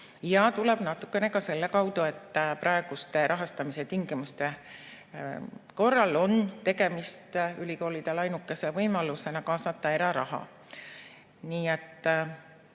ja tuleb natukene ka sellest, et praeguste rahastamise tingimuste korral on tegemist ülikoolide ainukese võimalusega kaasata eraraha. Nii et